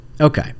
Okay